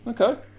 Okay